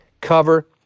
cover